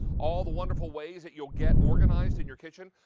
all the wonderful ways that you will get organized in your kitchen.